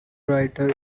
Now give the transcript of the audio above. writer